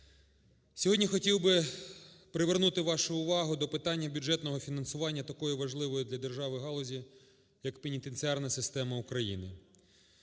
Сьогодні хотів би привернути вашу увагу до питання бюджетного фінансування такої важливої для держави галузі як пенітенціарна система України,